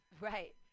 right